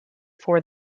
for